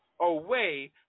away